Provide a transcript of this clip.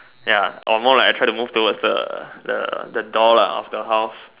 ya or more like I try to move towards the the the door lah of the house